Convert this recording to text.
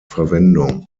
verwendung